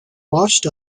washed